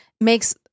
makes